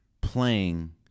playing